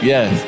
Yes